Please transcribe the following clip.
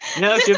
No